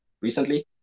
recently